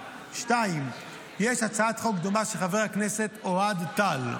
2. יש הצעת חוק דומה של חבר הכנסת אוהד טל,